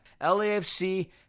LAFC